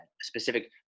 Specific